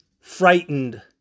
frightened